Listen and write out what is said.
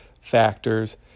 factors